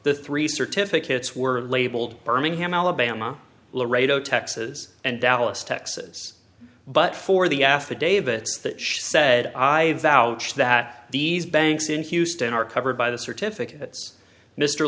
the three certificates were labeled birmingham alabama laredo texas and dallas texas but for the affidavits that she said i vouched that these banks in houston are covered by the certificates mr